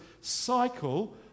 cycle